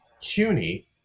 CUNY